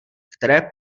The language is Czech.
které